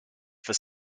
for